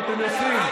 אתם יוצאים.